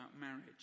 marriage